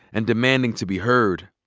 and demanding to be heard.